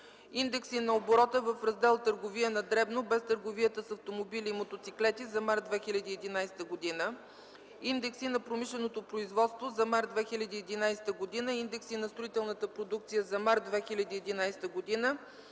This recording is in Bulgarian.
индекси на оборота в Раздел „Търговия на дребно” без търговията с автомобили и мотоциклети за м. март 2011 г.; – индекси на промишленото производство за м. март 2011 г.; – индекси на строителната продукция за м. март 2011 г.;